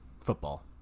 football